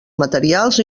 materials